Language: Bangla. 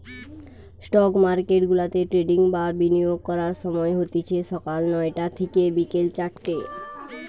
স্টক মার্কেটগুলাতে ট্রেডিং বা বিনিয়োগ করার সময় হতিছে সকাল নয়টা থিকে বিকেল চারটে